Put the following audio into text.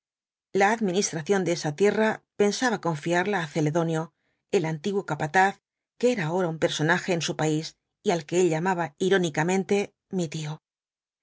la administración de esa tierra pensaba confiarla á celedonio el antiguo capataz que era ahora un personaje en su país y al que él llamaba irónicamente mi tío